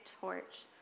torch